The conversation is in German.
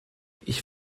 ich